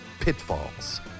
Pitfalls